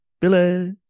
Billy